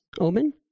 Omen